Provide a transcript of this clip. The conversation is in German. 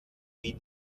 wie